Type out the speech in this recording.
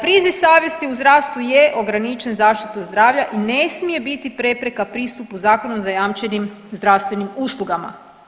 Priziv savjesti u zdravstvu je ograničen zaštitu zdravlja i ne smije biti prepreka pristupu zakonom zajamčenim zdravstvenim uslugama.